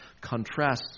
contrasts